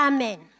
Amen